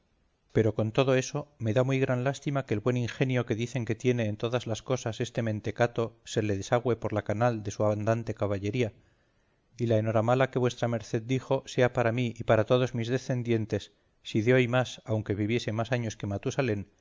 pero con todo eso me da muy gran lástima que el buen ingenio que dicen que tiene en todas las cosas este mentecato se le desagüe por la canal de su andante caballería y la enhoramala que vuesa merced dijo sea para mí y para todos mis descendientes si de hoy más aunque viviese más años que matusalén